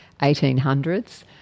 1800s